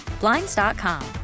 Blinds.com